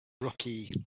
rookie